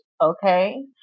Okay